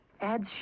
Adds